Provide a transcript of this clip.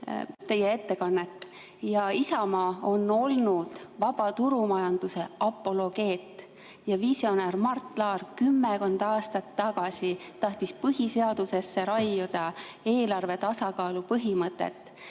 teie ettekannet. Isamaa on olnud vabaturumajanduse apologeet ja visionäär. Mart Laar tahtis kümmekond aastat tagasi raiuda põhiseadusesse eelarve tasakaalu põhimõtet.